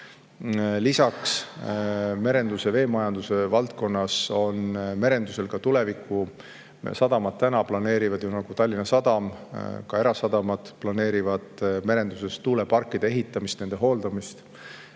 Lisaks, merenduse ja veemajanduse valdkonnas on ka tulevikusadamad. Täna planeerivad Tallinna Sadam, ka erasadamad planeerivad merenduses tuuleparkide ehitamist, nende hooldamist.